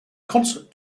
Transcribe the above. concert